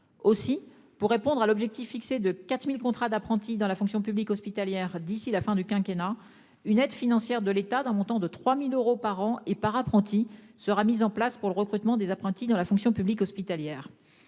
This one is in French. aussi pour répondre à l'objectif fixé de 4000 contrats d'apprentis dans la fonction publique hospitalière d'ici la fin du quinquennat. Une aide financière de l'État, d'un montant de 3000 euros par an et par apprenti sera mise en place pour le recrutement des apprentis dans la fonction publique hospitalière.